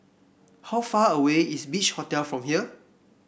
how far away is Beach Hotel from here